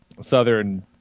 southern